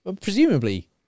presumably